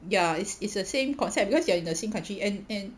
ya it's it's the same concept because you are in the same country and and